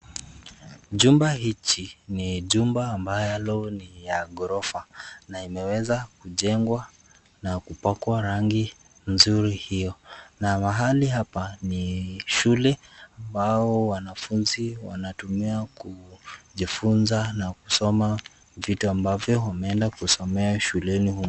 Jumba hichi ni jumba ambalo ni ya ghorofa na imeweza kujengwa na kupakwa rangi nzuri hiyo na mahali hapa ni shule ambao wanafunzi wanatumia kujifunza na kusoma vitu ambavyo wameenda kusomea shuleni humo.